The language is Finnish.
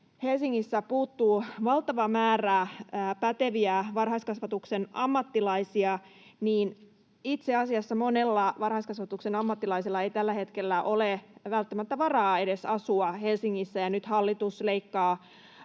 Helsingissä puuttuu valtava määrä päteviä varhaiskasvatuksen ammattilaisia, niin itse asiassa monella varhaiskasvatuksen ammattilaisella ei tällä hetkellä ole välttämättä edes varaa asua Helsingissä. Nyt hallitus leikkaa